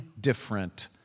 different